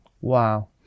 Wow